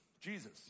Jesus